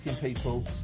people